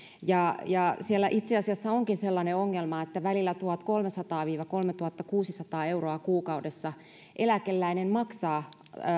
ja siinä itse asiassa onkin sellainen ongelma että välillä tuhatkolmesataa ja kolmetuhattakuusisataa euroa kuukaudessa eläkeläinen maksaa